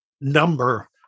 number